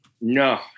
No